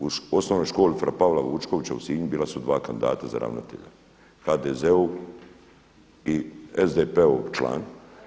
U osnovnoj školi „Fra Pavla Vučkovića“ u Sinju bila su dva kandidata za ravnatelja, HDZ-ov i SDP-ov član.